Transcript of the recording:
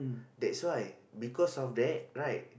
that's why because of that right